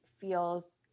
feels